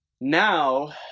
now